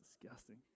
disgusting